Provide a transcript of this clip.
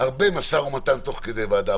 במשא-ומתן תוך כדי ועדה,